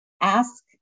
ask